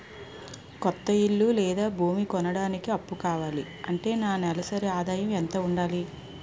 కొత్త ఇల్లు లేదా భూమి కొనడానికి అప్పు కావాలి అంటే నా నెలసరి ఆదాయం ఎంత ఉండాలి?